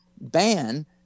ban